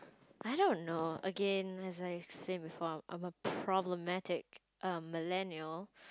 I don't know again as I explained before I'm a problematic um millennial